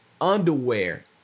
underwear